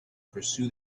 pursue